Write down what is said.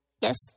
Yes